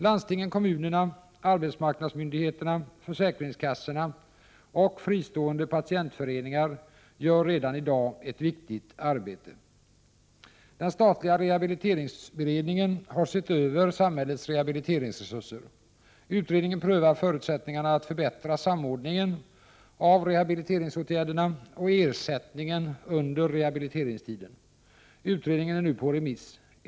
Landstingen, kommunerna, arbetsmarknadsmyndigheterna, försäkringskassorna och fristående patientföreningar gör redan i dag ett viktigt arbete. Den statliga rehabiliteringsberedningen har sett över samhällets rehabiliteringsresurser. Utredningen prövar förutsättningar att förbättra samordningen av rehabiliteringsåtgärderna och ersättningen under rehabiliteringstiden. Utredningen är nu på remiss.